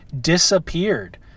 disappeared